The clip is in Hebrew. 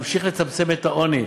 נמשיך לצמצם את העוני.